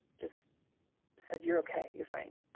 just said, you're ok. you're fine.